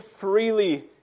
freely